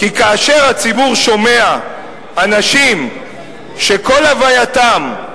כי כאשר הציבור שומע אנשים שכל הווייתם,